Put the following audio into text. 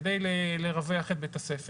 כדי לרווח את בית הספר,